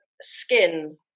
Skin